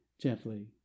gently